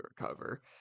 recover